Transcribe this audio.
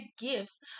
gifts